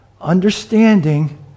understanding